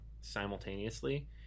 simultaneously